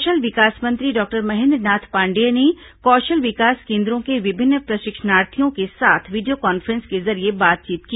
कौषल विकास मंत्री डॉक्टर महेंद्रनाथ पांडेय ने कौषल विकास केंद्रों के विभिन्न प्रषिक्षणार्थियों के साथ वीडियो कांफ्रेंस के जरिए बातचीत की